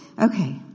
Okay